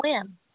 swim